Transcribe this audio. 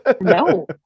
no